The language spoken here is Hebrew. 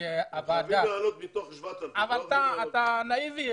הם צריכים להעלות 2,000 מתוך 7,000. אתה נאיבי,